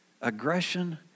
Aggression